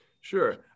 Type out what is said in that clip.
Sure